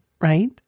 Right